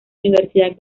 universidad